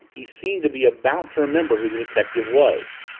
he seemed to be about to remember who the detective was.